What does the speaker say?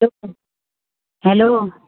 hello hello